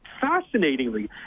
fascinatingly